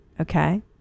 Okay